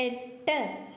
എട്ട്